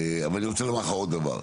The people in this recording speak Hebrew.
אבל אני רוצה לומר לך עוד דבר.